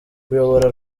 kuyobora